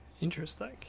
Interesting